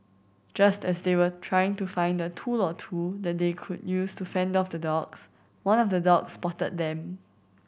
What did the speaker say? just as they were trying to find a tool or two that they could use to fend off the dogs one of the dogs spotted them